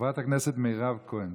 חברת הכנסת מירב כהן.